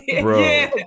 Bro